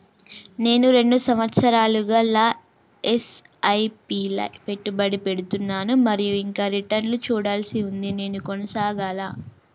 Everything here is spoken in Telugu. నేను రెండు సంవత్సరాలుగా ల ఎస్.ఐ.పి లా పెట్టుబడి పెడుతున్నాను మరియు ఇంకా రిటర్న్ లు చూడాల్సి ఉంది నేను కొనసాగాలా?